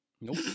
Nope